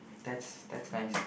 that's that's nice